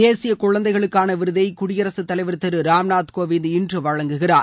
தேசிய குழந்தைகளுக்கான விருதை குடியரகத் தலைவர் திரு ராம் நாத் கோவிந்த் இன்று வழங்குகிறார்